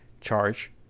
charge